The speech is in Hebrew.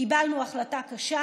קיבלנו החלטה קשה: